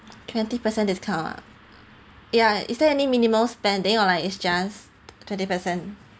twenty percent discount ah ya is there any minimal spending or like is just twenty percent